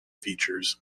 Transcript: features